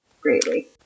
greatly